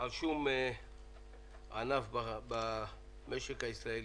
על אף ענף במשק הישראלי.